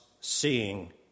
seeing